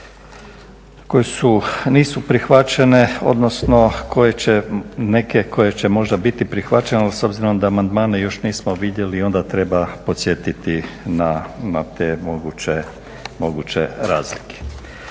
koje su, nisu prihvaćene odnosno koje će, neke koje će možda biti prihvaćene ali s obzirom da amandmane još nismo vidjeli onda treba podsjetiti na te moguće razlike.